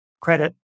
credit